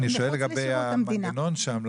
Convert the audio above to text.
אני שואל לגבי המנגנון שם,